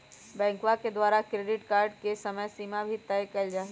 बैंकवा के द्वारा क्रेडिट कार्ड के समयसीमा भी तय कइल जाहई